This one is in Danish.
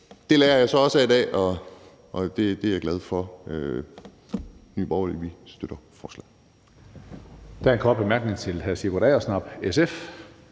det lærer jeg så også af i dag, og det er jeg glad for. I Nye Borgerlige støtter vi forslaget.